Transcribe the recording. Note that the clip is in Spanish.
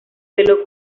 pelo